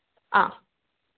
ആ